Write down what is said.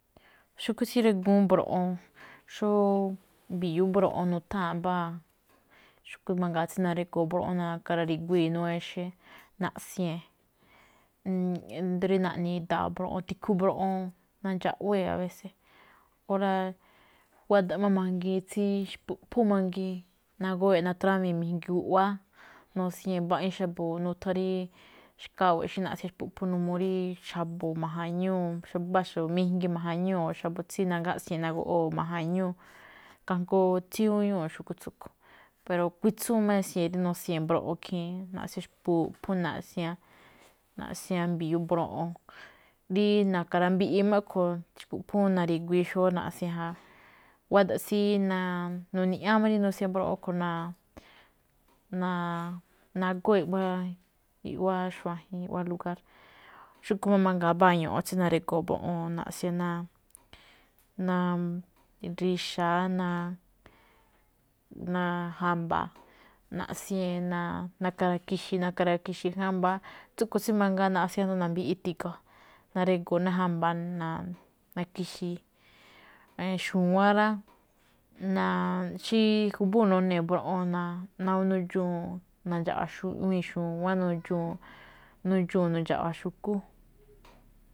Xu̱kú tsí ngrigu̱ún mbroꞌon, xóo mbi̱yú mbroꞌo̱n nutháa̱n mbáa xu̱kú mangaa tsí nangrigo̱o̱ mbroꞌon na̱ka̱ ra̱ri̱guii̱ inuu exe̱, naꞌsiee̱n, ído̱ rí naꞌni̱i̱ idaaꞌ mbroꞌon tikhu mbroꞌon, nandxaꞌwee̱, abése̱s. Óra̱ guáda̱ꞌ máꞌ mangiin tsí xpu̱ꞌphún mangiin, nagowée̱ natrámii̱n mijngi guꞌwáá, nosiee̱n, mbaꞌiin xa̱bo̱ nuthan rí xkawe̱ꞌ xí naꞌsian xpu̱ꞌphún, n uu rí xa̱bo̱ ma̱j̱añúu, mbáa xa̱bo̱ mijngi ma̱ja̱ñúu, xa̱bo̱ tsí nagaꞌsie̱n ná goꞌwóo ma̱ja̱ñúu. Kajngó tsíñúu̱ gúñúu̱ tsúꞌkhue̱n. Pero kuitsúun máꞌ isie̱n rí nosie̱n mbroꞌon ikhii̱n, naꞌsian xpu̱ꞌphún, naꞌsian, nasian mbi̱yú mbroꞌon. Rí na̱ka̱ ra̱mbiꞌi máꞌ a̱ꞌkhue̱n, xpu̱ꞌphún na̱ri̱guii̱ xóó naꞌsian ja. Nguáda̱ꞌ tsi nu̱ni̱ña̱á máꞌ rí nusian mbroꞌon a̱ꞌkhue̱n nagóo̱ iꞌwá, iꞌwá xuajen, iꞌwá lugár. Xúꞌkhue̱n máꞌ mangaa mbáa ño̱ꞌo̱n tsí nangrigo̱o̱ mbroꞌon, naꞌsian ná narixa̱á ná jamba̱a̱, naꞌsie̱n na̱ka̱ ra̱kixi̱i̱, na̱ka̱ ra̱ki̱xi̱i̱ ná jamba̱a̱, tsúꞌkhue̱n tsí mangaa naꞌsian asndo na̱mbiꞌi ti̱ga̱. Na̱ngrigo̱o̱ ná ja̱mbaa naki̱xi̱i̱. Xúwán rá, xí jubúu̱n nonee̱ mbroꞌon nudxuu̱n nu̱ndxa̱ꞌwa̱ iꞌwíin xu̱wán, nudxuu̱n, nudxuu̱n nu̱ndxa̱ꞌwa̱ xu̱kú.